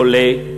חולה,